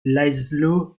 lászló